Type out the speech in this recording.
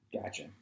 Gotcha